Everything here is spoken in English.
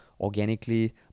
organically